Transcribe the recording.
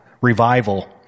revival